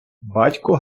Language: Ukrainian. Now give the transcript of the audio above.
батько